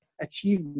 achieve